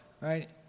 right